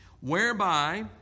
whereby